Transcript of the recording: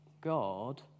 God